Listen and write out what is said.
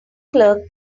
clerk